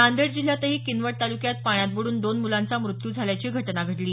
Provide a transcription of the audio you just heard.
नांदेड जिल्ह्यातही किनवट तालुक्यात पाण्यात बुडून दोन मुलांचा मृत्यू झाल्याची घटना घडली